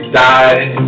die